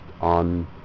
on